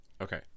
Okay